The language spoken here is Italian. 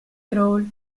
crawl